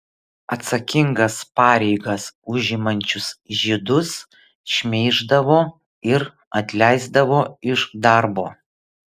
atsakingas pareigas užimančius žydus šmeiždavo ir atleisdavo iš darbo